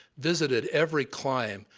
visited every clime,